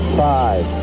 five